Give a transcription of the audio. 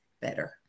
better